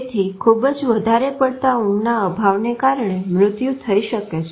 તેથી ખુબ જ વધારે પડતા ઊંઘના અભાવને કારણે મૃત્યુ થઇ શકે છે